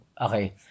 Okay